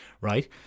Right